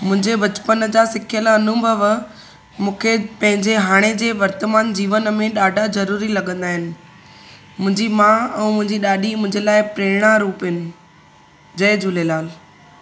मुंहिंजे बचपन जा सिखियल अनुभव मूंखे पंहिंजे हाणे जे वर्तमान जीवन में ॾाढा ज़रूरी लॻंदा आहिनि मुंहिंजी माउ ऐं मुंजी ॾाॾी मुंहिंजे लाइ प्रेरणा रुप आहिनि जय झूलेलाल